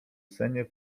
sennie